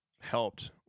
helped